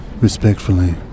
respectfully